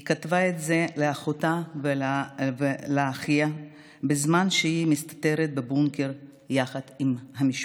היא כתבה את זה לאחותה ולאחיה בזמן שהיא הסתתרה בבונקר יחד עם המשפחה.